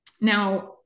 Now